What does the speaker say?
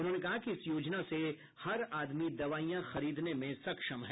उन्होंने कहा कि इस योजना से हर आदमी दवाइयां खरीदने में सक्षम है